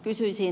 kysyisin